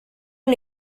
una